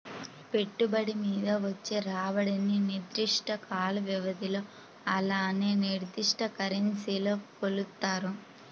పెట్టుబడి మీద వచ్చే రాబడిని నిర్దిష్ట కాల వ్యవధిలో అలానే నిర్దిష్ట కరెన్సీలో కొలుత్తారు